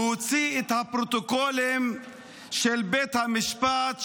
והוציא את הפרוטוקולים של בית המשפט,